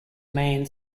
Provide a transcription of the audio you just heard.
man